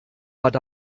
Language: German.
dann